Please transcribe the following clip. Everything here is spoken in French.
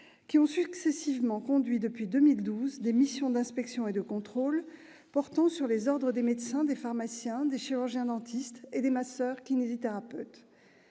-qui ont successivement conduit depuis 2012 des missions d'inspection et de contrôle portant sur les ordres des médecins, des pharmaciens, des chirurgiens-dentistes et des masseurs-kinésithérapeutes.